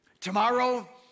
Tomorrow